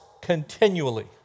continually